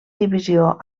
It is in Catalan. divisió